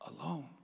alone